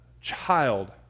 child